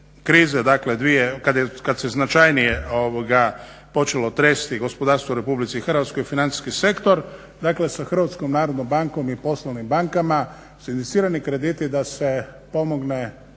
krize, dakle kada se značajnije počelo tresti gospodarstvo u RH i financijski sektor dakle sa HNB-om i poslovnim bankama sindicirani krediti da se pomogne